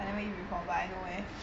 I never eat before but I know where